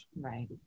Right